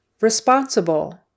responsible